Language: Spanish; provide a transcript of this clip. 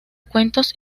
cuentos